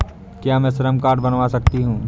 क्या मैं श्रम कार्ड बनवा सकती हूँ?